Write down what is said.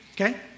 okay